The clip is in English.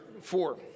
four